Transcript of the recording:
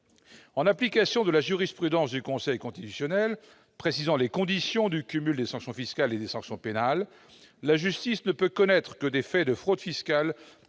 En application de la jurisprudence du Conseil constitutionnel précisant les conditions du cumul des sanctions fiscales et des sanctions pénales, la justice ne peut connaître que des faits de fraude fiscale